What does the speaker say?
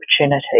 opportunity